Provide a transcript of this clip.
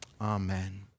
Amen